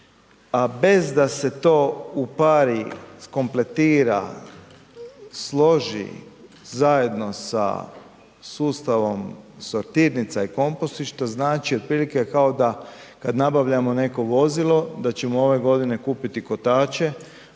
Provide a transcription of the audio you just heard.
a bez da se to upari, skompletira, složi zajedno sa sustavom sortirnica i kompostišta, znači otprilike kao da kad nabavljamo neko vozilo, da ćemo ove godine kupiti kotače,